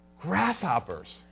grasshoppers